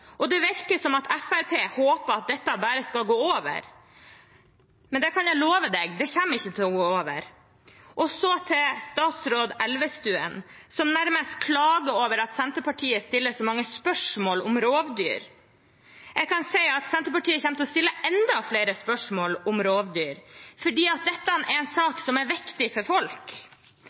Det virker som om Fremskrittspartiet håper at dette bare skal gå over, men det kan jeg love: Det kommer ikke til å gå over. Til statsråd Elvestuen, som nærmest klager over at Senterpartiet stiller så mange spørsmål om rovdyr: Jeg kan si at Senterpartiet kommer til å stille enda flere spørsmål om rovdyr, for dette er en sak som er viktig for folk.